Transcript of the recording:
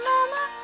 Mama